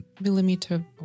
millimeter